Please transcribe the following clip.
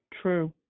True